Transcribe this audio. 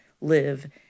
live